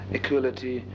equality